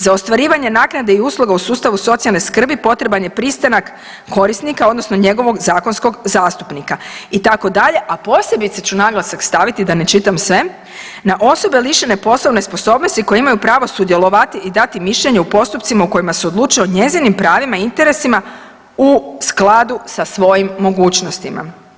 Za ostvarivanje naknade i usluga u sustavu socijalne skrbi potreban je pristanak korisnika, odnosno njegovog zakonskog zastupnika i tako dalje, a posebice ću naglasak staviti, da ne čitam sve, na osobe lišene poslovne sposobnosti koje imaju pravo sudjelovati i dati mišljenje u postupcima u kojima se odlučuje o njezinim pravima i interesima u skladu sa svojim mogućnostima.